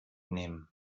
nehmen